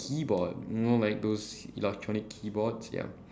keyboard you know like those electronic keyboards ya